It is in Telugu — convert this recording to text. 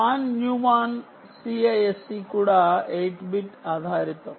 వాన్ న్యూమన్ CISC కూడా 8 బిట్ ఆధారితం